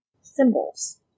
symbols